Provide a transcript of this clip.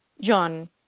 John